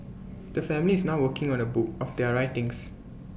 the family is now working on A book of their writings